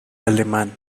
alemán